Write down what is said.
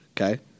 Okay